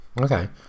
Okay